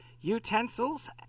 utensils